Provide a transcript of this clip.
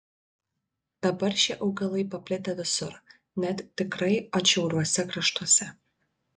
dabar šie augalai paplitę visur net tikrai atšiauriuose kraštuose